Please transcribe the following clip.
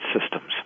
systems